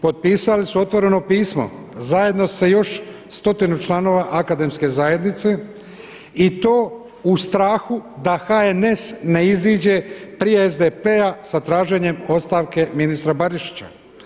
Potpisali su otvoreno pismo zajedno sa još stotinu članova akademske zajednice i to u strahu da HNS ne iziđe prije SDP-a sa traženjem ostavke ministra Barišića.